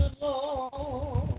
Lord